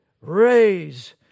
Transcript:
raise